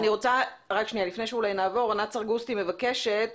ענת סרגוסטי מבקשת